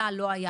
היה או לא היה.